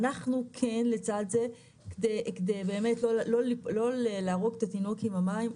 אנחנו כן לצד זה כדי באמת לא להרוג את התינוק עם המים,